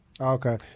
okay